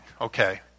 okay